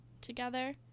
together